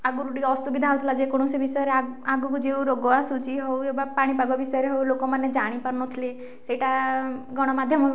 ଆଗରୁ ଟିକିଏ ଅସୁବିଧା ହେଉଥିଲା ଯେ କୌଣସି ବିଷୟରେ ଆ ଆଗକୁ ଯେଉଁ ରୋଗ ଆସୁଛି ହଉ ବା ପାଣିପାଗ ବିଷୟରେ ହଉ ଲୋକମାନେ ଜାଣି ପାରୁନଥିଲେ ସେଇଟା ଗଣମାଧ୍ୟମ